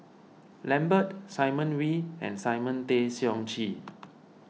Lambert Simon Wee and Simon Tay Seong Chee